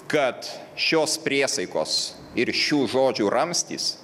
kad šios priesaikos ir šių žodžių ramstis